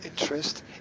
interest